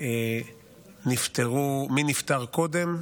נפטר קודם,